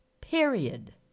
Period